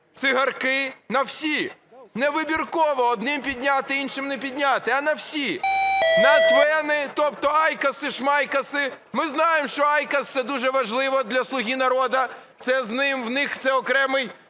цигарки на всі, не вибірково одним підняти, іншим не підняти, а на всі: на ТВЕНи, тобто айкоси, шмайкоси. Ми знаємо, що айкос – це дуже важливо для "Слуги народу", в них це окремий